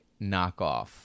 knockoff